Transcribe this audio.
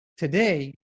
Today